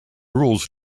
rules